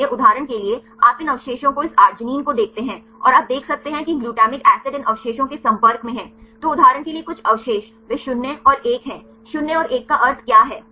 इसलिए उदाहरण के लिए आप इन अवशेषों को इस आर्गिनिन को देखते हैं और आप देख सकते हैं कि ग्लूटामाइन एसिड इन अवशेषों के संपर्क में हैं तो उदाहरण के लिए कुछ अवशेष वे 0 और 1 हैं 0 और 1 का अर्थ क्या है